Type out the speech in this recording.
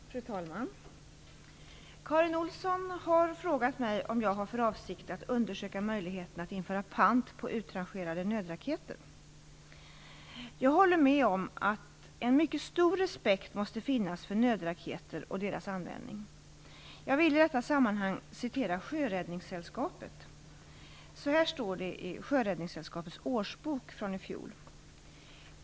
Fru talman! Karin Olsson har frågat mig om jag har för avsikt att undersöka möjligheterna att införa pant på utrangerade nödraketer. Jag håller med om att en mycket stor respekt måste finnas för nödraketer och deras användning. Jag vill i detta sammanhang citera Sjöräddningssällskapet. Så här står det i Sjöräddningssällskapets årsbok från i fjol.